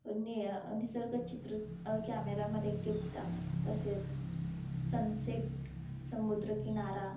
नि निसर्गचित्र कॅमेरामध्ये टिपतात तसेच सनसेट समुद्र किनारा